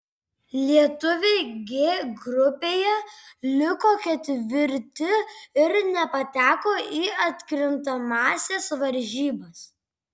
lietuviai g grupėje liko ketvirti ir nepateko į atkrintamąsias varžybas